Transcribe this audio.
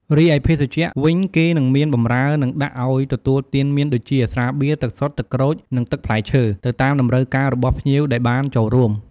រីឯ ភេសជ្ជៈ វិញគេនិងមានបម្រើ និងដាក់អោយទទួលទានមានដូចជា ស្រាបៀរ ទឹកសុទ្ធ ទឹកក្រូច និងទឹកផ្លែឈើ ទៅតាមតម្រូវការរបស់ភ្ញៀវដែលបានចូលរួម។